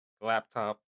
laptop